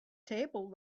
table